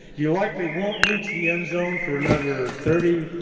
you likely won't reach the end zone for another thirty,